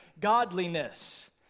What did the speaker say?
godliness